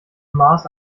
maß